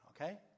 Okay